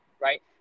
right